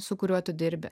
su kuriuo tu dirbi